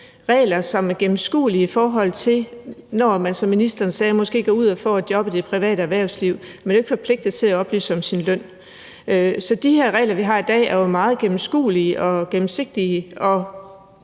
regler, som er gennemskuelige, i forhold til at man, som ministeren sagde, måske går ud og får et job i det private erhvervsliv. Man er jo ikke forpligtet til at oplyse om sin løn. Så de regler, vi har i dag, er jo meget gennemskuelige og gennemsigtige.